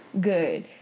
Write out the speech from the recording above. good